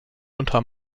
unter